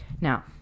Now